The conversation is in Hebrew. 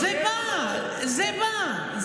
זה בא, זה בא.